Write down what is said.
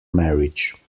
marriage